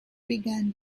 began